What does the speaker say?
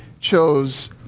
chose